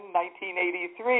1983